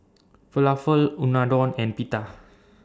Falafel Unadon and Pita